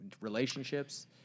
relationships